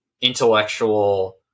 intellectual